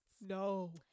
No